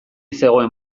zegoen